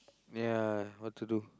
ya what to do